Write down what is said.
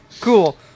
Cool